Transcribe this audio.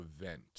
event